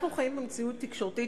אנחנו חיים במציאות תקשורתית,